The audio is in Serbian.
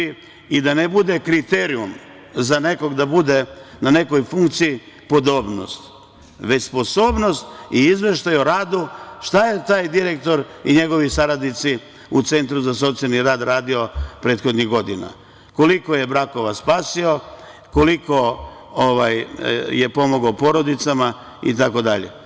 I da ne bude kriterijum za nekog da bude na nekoj funkciji podobnost, već sposobnost i izveštaj o radu šta je taj direktor i njegovi saradnici u centru za socijalni rad radio prethodnih godina, koliko je brakova spasio, koliko je pomogao porodicama itd?